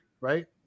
right